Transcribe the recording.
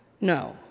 No